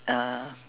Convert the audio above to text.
uh